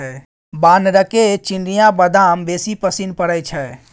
बानरके चिनियाबदाम बेसी पसिन पड़य छै